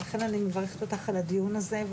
ולכן אני מברכת אותך על הדיון הזה,